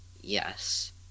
Yes